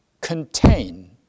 contain